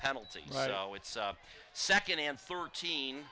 penalty right oh it's second and thirteen